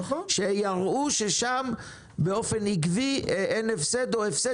שיראו ששם באופן עקבי אין הפסד או הפסד